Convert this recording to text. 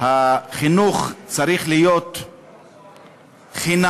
כפי